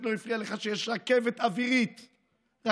לא הפריע לך שיש רכבת אווירית לאירופה,